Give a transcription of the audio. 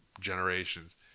generations